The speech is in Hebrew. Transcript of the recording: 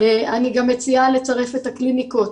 אני מציעה גם לצרף את הקליניקות